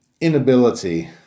inability